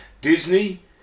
Disney